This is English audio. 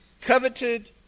coveted